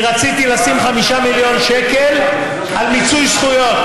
כי רציתי לשים 5 מיליון שקל למיצוי זכויות.